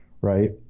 Right